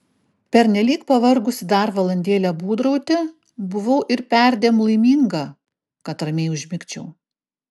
pernelyg pavargusi dar valandėlę būdrauti buvau ir perdėm laiminga kad ramiai užmigčiau